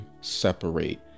separate